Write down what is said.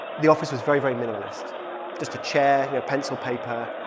the office was very, very minimalist just a chair, you know, pencil, paper,